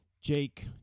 Jake